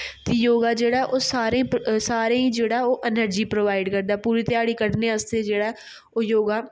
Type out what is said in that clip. योगा जेह्ड़ा ऐ ओह् सारें गी जेह्ड़ा ऐ इनर्जी प्रोवाइड करदा पुरी घ्याडी कढ़ने आस्तै जेह्ड़ा ओह् योगा